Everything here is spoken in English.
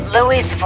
Louis